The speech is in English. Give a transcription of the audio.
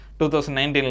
2019